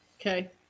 Okay